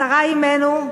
שרה אמנו,